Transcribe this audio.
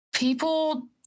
People